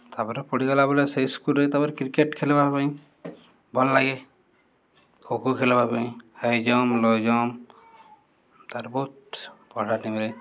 ତା'ପରେ ପଢ଼ିଗଲା ବେଲେ ସେଇ ସ୍କୁଲ୍ରେ ତା'ପରେ କ୍ରିକେଟ୍ ଖେଲିବା ପାଇଁ ଭଲ ଲାଗେ ଖୋଖୋ ଖେଲ୍ବା ପାଇଁ ହାଇ ଜମ୍ପ୍ ଲୋ ଜମ୍ପ୍ ତା'ର୍ ବହୁତ୍ ପଢ଼ା ଟିମ୍ରେ